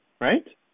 Right